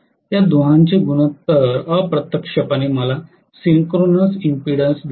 या दोघांचे गुणोत्तर अप्रत्यक्षपणे मला सिंक्रोनस इम्पीडन्स देते